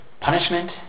punishment